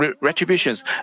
retributions